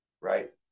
Right